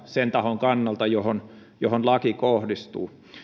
sen tahon kannalta johon johon laki kohdistuu